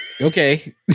Okay